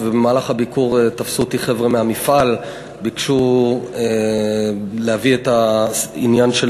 המפעל עומד בפני סכנת סגירה שעלולה להביא לפיטורים